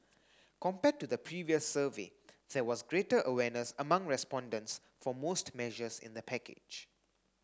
compared to the previous survey there was greater awareness among respondents for most measures in the package